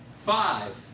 five